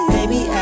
Baby